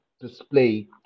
display